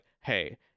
hey